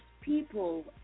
people